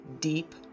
deep